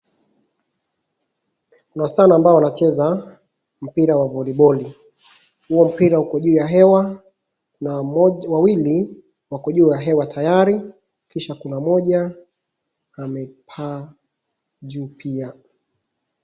Ni wasichana ambao wanacheza mpira wa voliboli, huo mpira uko juu ya hewa na wawili wako juu ya hewa tayari. Kisha kuna mmoja amepaa juu pia.